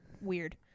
weird